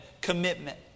Commitment